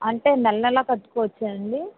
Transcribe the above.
అంటే నెలనెలా కట్టుకోవచ్చా అండి